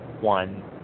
One